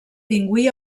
pingüí